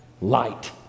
light